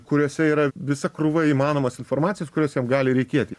kuriuose yra visa krūva įmanomos informacijos kurios jiem gali reikėti